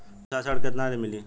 व्यवसाय ऋण केतना ले मिली?